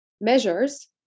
measures